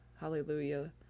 Hallelujah